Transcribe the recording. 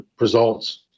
results